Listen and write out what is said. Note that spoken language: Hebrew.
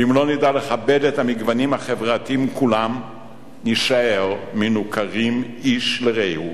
ואם לא נדע לכבד את המגוונים החברתיים כולם נישאר מנוכרים איש לרעהו.